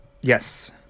Yes